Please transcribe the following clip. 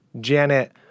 Janet